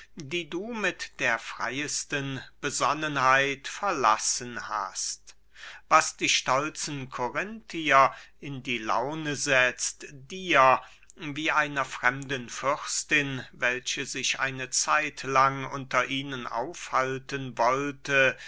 die du mit der freyesten besonnenheit verlassen hast was die stolzen korinthier in die laune setzt dir wie einer fremden fürstin welche sich eine zeit lang unter ihnen aufhalten wollte